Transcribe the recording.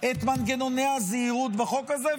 את מנגנון מהזהירות בחוק הזה.